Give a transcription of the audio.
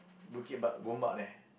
Bukit Ba~ Gombak there